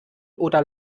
oder